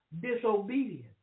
disobedience